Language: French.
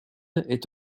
est